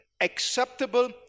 acceptable